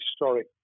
historic